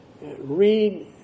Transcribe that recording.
read